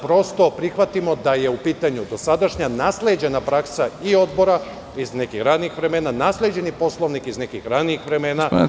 Prosto, prihvatimo da je u pitanju dosadašnja nasleđena praksa i Odbora iz nekih ranijih vremena, nasleđeni Poslovnik iz nekih ranijih vremena…